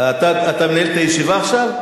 אתה מנהל את הישיבה עכשיו?